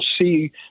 see